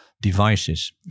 devices